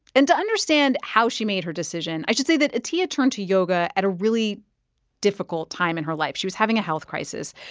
and to understand how she made her decision, i should say that atiya turned to yoga at a really difficult time in her life. she was having a health crisis.